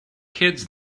kids